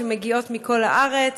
מגיעות מכל הארץ